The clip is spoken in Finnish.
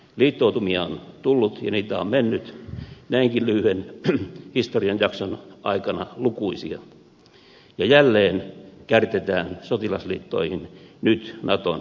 liittoutumia on tullut ja niitä on mennyt näinkin lyhyen historian jakson aikana lukuisia ja jälleen kärtetään sotilasliittoihin nyt naton jäseneksi